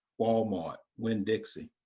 walmart, winn dixie.